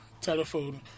telephone